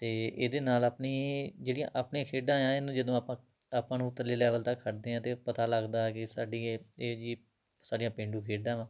ਅਤੇ ਇਹਦੇ ਨਾਲ ਆਪਣੀ ਜਿਹੜੀਆਂ ਆਪਣੀਆਂ ਖੇਡਾਂ ਆ ਇਹਨੂੰ ਜਦੋਂ ਆਪਾਂ ਆਪਾਂ ਨੂੰ ਉਤਲੇ ਲੈਵਲ ਤੱਕ ਖੜਦੇ ਹਾਂ ਤਾਂ ਪਤਾ ਲੱਗਦਾ ਕਿ ਸਾਡੀ ਇਹ ਇਹ ਜੀ ਸਾਡੀਆਂ ਪੇਂਡੂ ਖੇਡਾਂ ਵਾ